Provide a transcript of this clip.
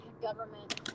government